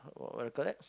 what do you call that